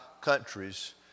countries